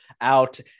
out